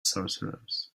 sorcerers